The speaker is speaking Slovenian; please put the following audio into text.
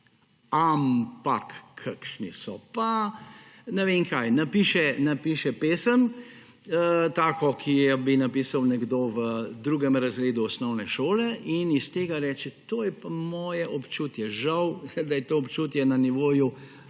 Ampak, kakšni so pa ne vem kaj. Napiše pesem táko, ki bi napisal nekdo v drugem razredu osnovne šole, in reče, to je pa moje občutje. Žal, da je to občutje na nivoju